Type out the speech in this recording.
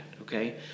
okay